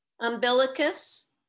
umbilicus